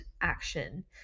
action